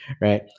right